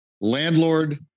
landlord